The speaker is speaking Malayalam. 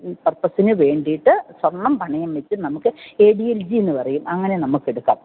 പർപ്പസിനു വേണ്ടിയിട്ട് സ്വർണ്ണം പണയം വെച്ചു നമുക്ക് ഏ ഡീ എൽ ജീ എന്നു പറയും അങ്ങനെ നമുക്കെടുക്കാം